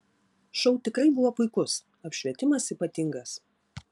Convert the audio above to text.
šou tikrai buvo puikus apšvietimas ypatingas